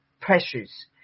pressures